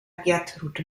gertrud